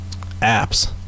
apps